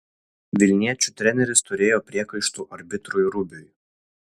vilniečių treneris turėjo priekaištų arbitrui rubiui